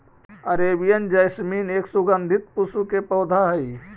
Arabian jasmine एक सुगंधित पुष्प के पौधा हई